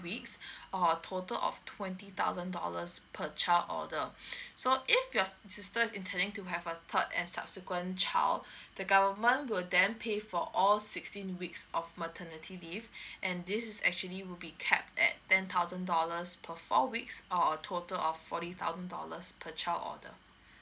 weeks or total of twenty thousand dollars per child order so if your sisters intending to have a thought as subsequent child the government will then pay for all sixteen weeks of maternity leave and this is actually would be capped at ten thousand dollars per four weeks or a total of forty thousand dollars per child order